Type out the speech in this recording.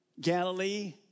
Galilee